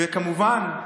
וכמובן,